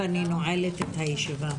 הישיבה נעולה.